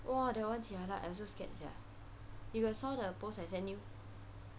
!wah! that [one] jialat I also scared sia you got saw that post I sent you